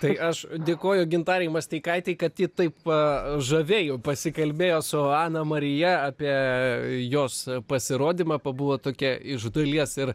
tai aš dėkoju gintarei masteikaitei kad ji taip žaviai pasikalbėjo su ana marija apie jos pasirodymą pabuvo tokia iš dalies ir